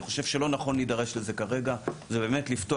אני חושב שלא נכון להידרש לזה כרגע כי זה באמת לפתוח.